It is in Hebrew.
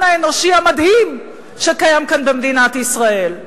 האנושי המדהים שקיים כאן במדינת ישראל.